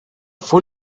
full